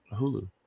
Hulu